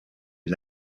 his